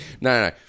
No